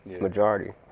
majority